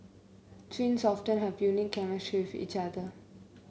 twins often have a unique chemistry with each other